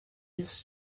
his